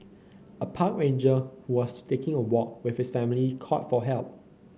a park ranger who was taking a walk with his family called for help